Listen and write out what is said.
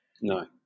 No